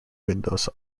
windows